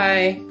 Bye